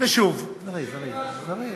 משאיר לך הכול.